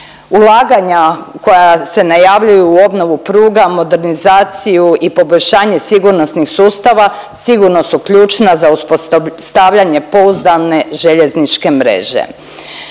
Ulaganja koja se najavljuju u obnovu pruga modernizaciju i poboljšanje sigurnosnih sustava sigurno su ključna za uspostavljanje pouzdane željezničke mreže.